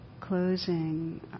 Closing